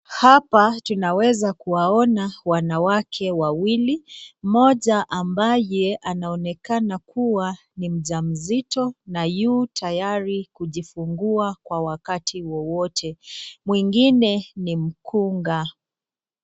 Hapa tunaweza kuwaona wanawake wawili, moja ambaye anaonekana kuwa ni mjamzito na yu tayari kujifungua kwa wakati wowote. Mwengine ni mkunga.